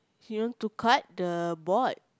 you want to cut the board